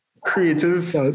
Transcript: Creative